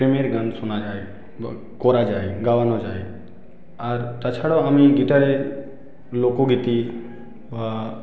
প্রেমের গান শোনা যায় করা যায় গাওয়ানো যায় আর তাছাড়াও আমি গিটারে লোকগীতি বা